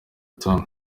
tony